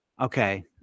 okay